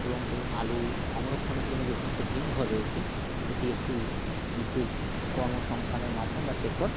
এবং এই আলু সংরক্ষণের জন্য যে সমস্ত হিম ঘর রয়েছে এটি একটি বিশেষ কর্মসংস্থানের মাধ্যম বা সেক্টর